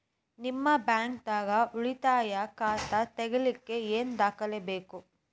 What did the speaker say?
ನಿಮ್ಮ ಬ್ಯಾಂಕ್ ದಾಗ್ ಉಳಿತಾಯ ಖಾತಾ ತೆಗಿಲಿಕ್ಕೆ ಏನ್ ದಾಖಲೆ ಬೇಕು?